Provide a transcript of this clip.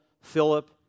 Philip